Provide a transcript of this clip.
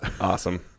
Awesome